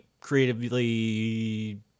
creatively